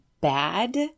bad